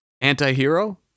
Anti-hero